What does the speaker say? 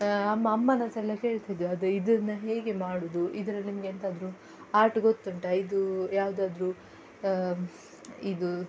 ಅಮ್ಮ ಅಮ್ಮನ ಹತ್ರ ಎಲ್ಲ ಕೇಳ್ತಿದ್ವಿ ಅದು ಇದನ್ನು ಹೇಗೆ ಮಾಡೋದು ಇದ್ರಲ್ಲಿ ನಿಮಗೆಂತಾದ್ರು ಆರ್ಟ್ ಗೊತ್ತುಂಟಾ ಇದು ಯಾವುದಾದ್ರು ಇದು